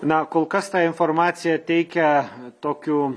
na kol kas tą informaciją teikia tokiu